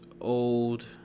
old